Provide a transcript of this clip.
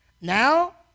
Now